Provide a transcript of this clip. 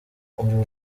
uru